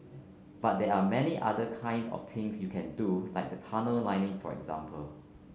but there are many other kinds of things you can do like the tunnel lining for example